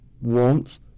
warmth